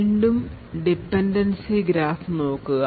വീണ്ടും dependency graph നോക്കുക